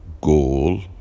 Goal